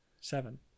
Seven